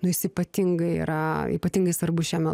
nu jis ypatingai yra ypatingai svarbus šiame